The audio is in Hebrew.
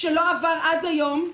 שלא עבר עד היום,